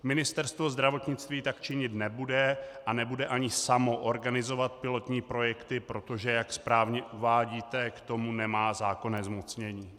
Ministerstvo zdravotnictví tak činit nebude a nebude ani samo organizovat pilotní projekty, protože, jak správně uvádíte, k tomu nemá zákonné zmocnění.